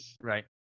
Right